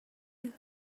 you